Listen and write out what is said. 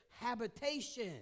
habitation